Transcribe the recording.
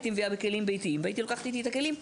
הייתי מביאה בכלים בייתים והייתי לוקחת איתי את הכלים.